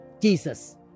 Jesus